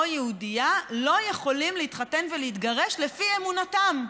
יהודייה לא יכולים להתחתן ולהתגרש לפי אמונתם.